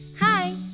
Hi